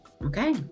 okay